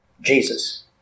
Jesus